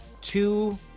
two